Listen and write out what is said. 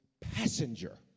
passenger